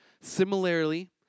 Similarly